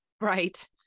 Right